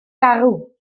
garw